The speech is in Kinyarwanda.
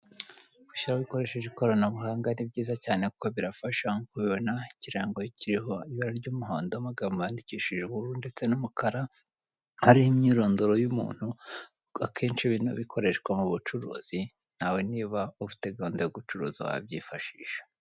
Kwishyura ukoresheje ikaranabuhanga ni byiza cyane kuko birafasha, nk'uko ubibona ikirango kiriho ibara ry'umuhondo amagambo yandikishije ubururu ndetse n'umukara, ariho imyirondoro y'umuntu akenshi bikoreshwa bino bikoreshwa mu bucuruzi, nawe niba ufite gahunda yo gucuruza wabyifashisha.